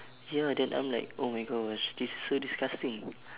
ya then I'm like oh my gosh this is so disgusting